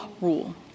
rule